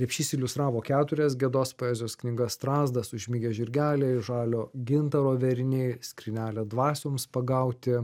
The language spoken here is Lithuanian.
repšys iliustravo keturias gedos poezijos knygas strazdas užmigę žirgeliai žalio gintaro vėriniai skrynelė dvasioms pagauti